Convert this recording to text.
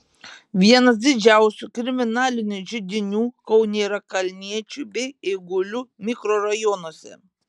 vienas didžiausių kriminalinių židinių kaune yra kalniečių bei eigulių mikrorajonuose